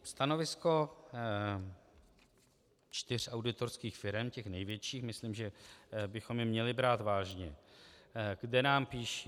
Stanovisko čtyři auditorských firem, těch největších, myslím, že bychom je měli brát vážně, kde nám píší: